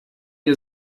ihr